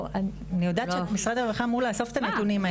אני יודעת שמשרד הרווחה אמור לאסוף את הנתונים האלה.